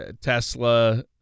Tesla